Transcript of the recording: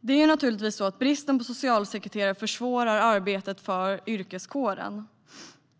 Det är naturligtvis så att bristen på socialsekreterare försvårar arbetet för yrkeskåren.